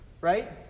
right